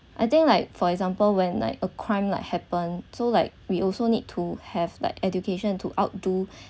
I think like for example when like a crime like happened so like we also need to have that education to outdo